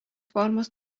formos